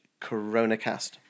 Coronacast